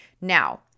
now